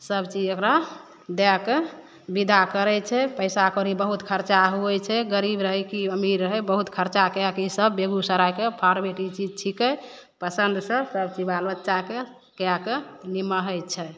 सबचीज एकरा दए कऽ बिदा करै छै पैसाकौड़ी बहुत खर्चा होइ छै गरीब रहै की अमीर रहै बहुत खर्चा कए कए इसब बेगुसरायकए फारबेट ई चीज छिकै पसन्दसए सबटी बालबच्चाकए कएकए निमाहै छै